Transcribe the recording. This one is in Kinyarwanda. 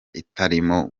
itarimo